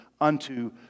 unto